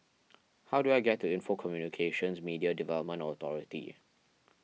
how do I get to Info Communications Media Development Authority